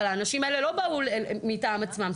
אבל האנשים האלה לא באו מטעם עצמם.